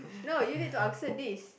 no you need to answer this